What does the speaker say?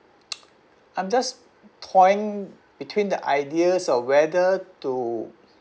I'm just querying between the ideas or whether to